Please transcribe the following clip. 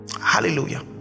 hallelujah